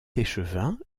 échevins